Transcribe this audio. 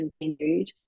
continued